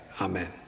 Amen